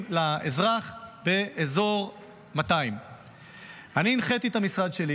לאזרח באזור 200. אני הנחיתי את המשרד שלי